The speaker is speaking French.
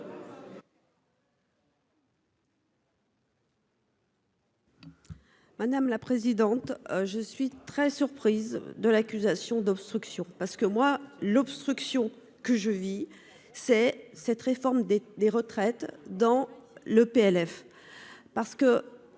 Madame la présidente. Je suis très surprise de l'accusation d'obstruction parce que moi l'obstruction que je vis, c'est cette réforme des retraites dans le PLF. Parce que